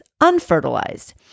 unfertilized